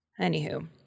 Anywho